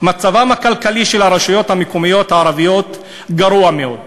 מצבן הכלכלי של הרשויות המקומיות הערביות גרוע מאוד,